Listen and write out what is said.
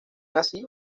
así